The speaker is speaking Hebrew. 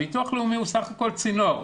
הביטוח הלאומי הוא בסך הכל צינור.